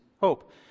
hope